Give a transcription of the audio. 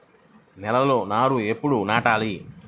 నేలలో నారు ఎప్పుడు నాటాలి?